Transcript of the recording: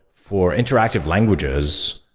for interactive languages,